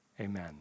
Amen